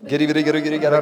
gerai gerai gerai gerai gerai